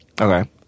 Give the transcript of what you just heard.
Okay